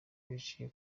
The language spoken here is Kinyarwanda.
biciye